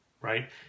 right